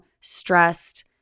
stressed